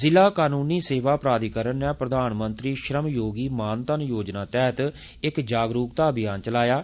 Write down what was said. जिला कानूनी सेवा प्राधीकरण नै प्रधानमंत्री श्रम योगी मान धन योजना तैहत इक जागरुकता अभियान चलाया ऐ